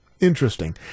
Interesting